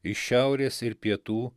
iš šiaurės ir pietų